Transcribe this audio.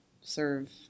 serve